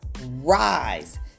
Rise